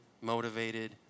motivated